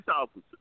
officers